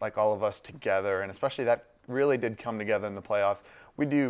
like all of us together and especially that really did come together in the playoffs we